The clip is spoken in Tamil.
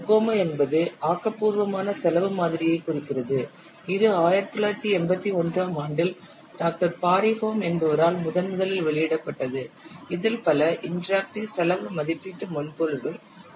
கோகோமோ என்பது ஆக்கபூர்வமான செலவு மாதிரியைக் குறிக்கிறது இது 1981 ஆம் ஆண்டில் டாக்டர் பாரி போஹம் என்பவரால் முதன்முதலில் வெளியிடப்பட்டது இதில் பல இன்டராக்டிவ் செலவு மதிப்பீட்டு மென்பொருள்கள் உள்ளன